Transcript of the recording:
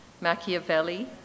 Machiavelli